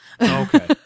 Okay